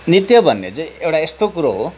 नृत्य भन्ने चाहिँ एउटा यस्तो कुरो हो